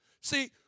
see